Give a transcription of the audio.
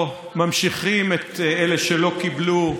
שממשיכים את אלה שלא קיבלו,